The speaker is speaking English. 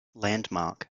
landmark